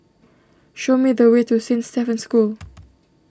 show me the way to Saint Stephen's School